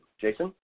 Jason